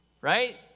right